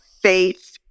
faith